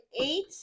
eight